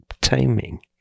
taming